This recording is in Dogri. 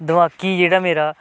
दमाकी जेह्ड़ा मेरा